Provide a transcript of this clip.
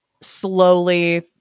slowly